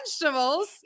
vegetables